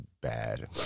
bad